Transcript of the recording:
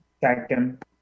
Second